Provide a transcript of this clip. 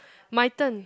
my turn